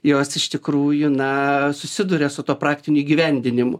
jos iš tikrųjų na susiduria su tuo praktiniu įgyvendinimu